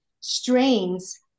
strains